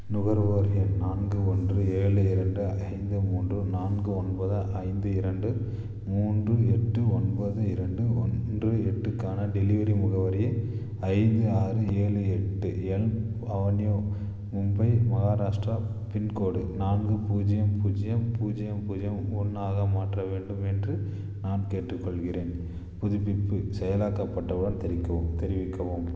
நுகர்வோர் எண் நான்கு ஒன்று ஏழு இரண்டு ஐந்து மூன்று நான்கு ஒன்பது ஐந்து இரண்டு மூன்று எட்டு ஒன்பது இரண்டு ஒன்று எட்டு க்கான டெலிவரி முகவரியை ஐந்து ஆறு ஏழு எட்டு elm avenue Mumbai Maharashtra pincode நான்கு பூஜ்ஜியம் பூஜ்ஜியம் பூஜ்ஜியம் பூஜ்ஜியம் ஒன்று ஆக மாற்ற வேண்டும் என்று நான் கேட்டுக் கொள்கிறேன் புதுப்பிப்பு செயலாக்கப்பட்டவுடன் தெரிக்கவும் தெரிவிக்கவும்